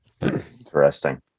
Interesting